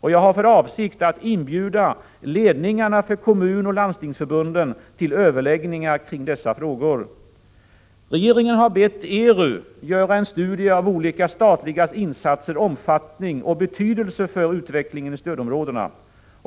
Jag har för avsikt att inbjuda ledningarna för Kommunoch Landstingsförbunden till överläggningar kring dessa frågor. Regeringen har bett ERU göra en studie av olika statliga insatsers omfattning och betydelse för utvecklingen i stödområdena.